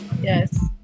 yes